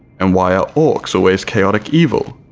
and why are orcs always chaotic evil?